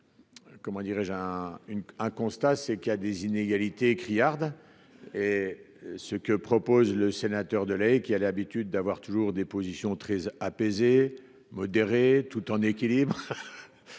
un constat, c'est qu'il y a des inégalités criardes et ce que propose le sénateur de Haye qui a l'habitude d'avoir toujours des positions 13 apaisé modéré tout en équilibre,